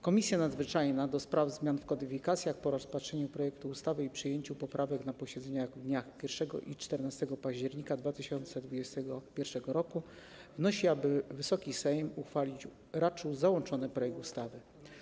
Komisja nadzwyczajna do spraw zmian w kodyfikacjach po rozpatrzeniu projektu ustawy i przyjęciu poprawek na posiedzeniach w dniach 1 i 14 października 2021 r. wnosi, aby Wysoki Sejm uchwalić raczył załączony projekt ustawy.